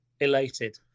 elated